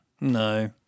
No